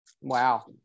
Wow